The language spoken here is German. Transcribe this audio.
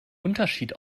unterschied